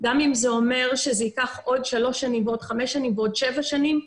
גם אם זה אומר שזה ייקח עוד שלוש שנים ועוד חמש שנים ועוד שבע שנים.